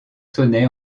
sonnait